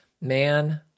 Man